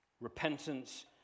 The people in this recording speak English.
Repentance